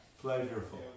pleasurable